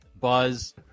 Buzz